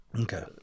Okay